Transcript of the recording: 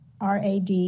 RAD